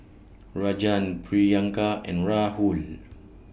Rajan Priyanka and Rahul